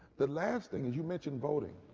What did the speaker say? the last thing is you mention voteing.